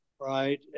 right